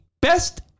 best